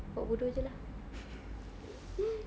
buat bodoh jer lah